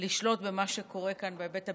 לשלוט במה שקורה כאן בהיבט הביטחוני.